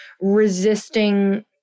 resisting